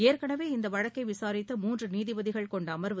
ஏற்கனவே இந்த வழக்கை விசாரித்த மூன்று நீதிபதிகள் கொண்ட அமர்வு